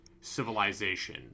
civilization